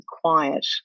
quiet